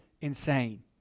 insane